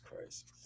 Christ